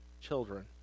children